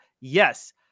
Yes